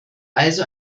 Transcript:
also